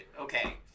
okay